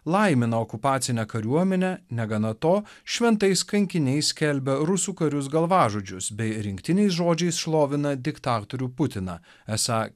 laimino okupacinę kariuomenę negana to šventais kankiniais skelbia rusų karius galvažudžius bei rinktiniais žodžiais šlovina diktatorių putiną esą